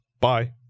bye